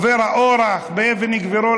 עובר האורח באבן גבירול,